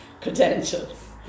credentials